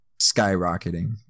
skyrocketing